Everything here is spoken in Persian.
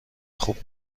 خوب